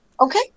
Okay